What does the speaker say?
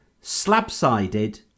slab-sided